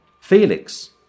Felix